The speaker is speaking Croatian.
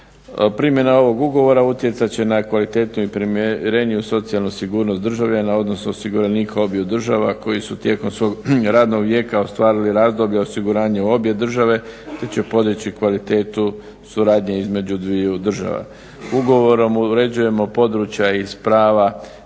Primjena ovog ugovora utjecat će na kvalitetu i primjereniju socijalnu sigurnost državljana, odnosno osiguranika obiju država koji su tijekom svog radnog vijeka ostvarili razdoblje osiguranje obje, te će podići kvalitetu suradnje između dviju država. Ugovorom uređujemo područja iz prava